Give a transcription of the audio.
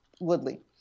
Woodley